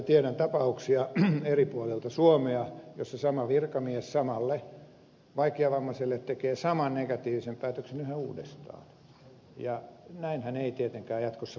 tiedän tapauksia eri puolilta suomea jossa sama virkamies samalle vaikeavammaiselle tekee saman negatiivisen päätöksen yhä uudestaan ja näinhän ei tietenkään jatkossa voi olla